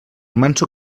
manso